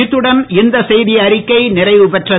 இத்துடன் இந்த செய்தி அறிக்கை நிறைவு பெறுகிறது